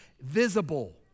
visible